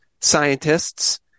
scientists